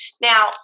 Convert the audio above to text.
Now